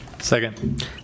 Second